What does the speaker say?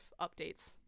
updates